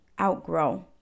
outgrow